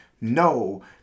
no